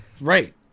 Right